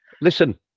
Listen